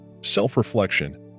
self-reflection